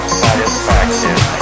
satisfaction